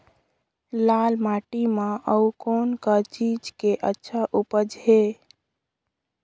लाल माटी म अउ कौन का चीज के अच्छा उपज है?